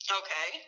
okay